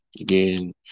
Again